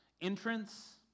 entrance